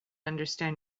understand